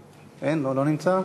חברי חברי הכנסת,